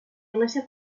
iglesia